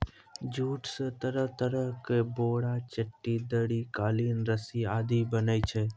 jute स तरह तरह के बोरा, चट्टी, दरी, कालीन, रस्सी आदि बनै छै